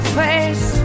face